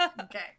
Okay